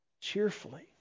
cheerfully